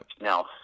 Now